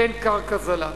תן קרקע זולה,